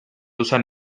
usan